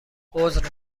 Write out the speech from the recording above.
عذر